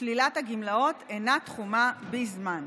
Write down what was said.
שלילת הגמלאות אינה תחומה בזמן.